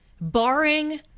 barring